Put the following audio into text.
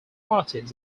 parties